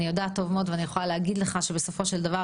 אני יודעת טוב מאוד ואני יכולה להגיד לך שבסופו של דבר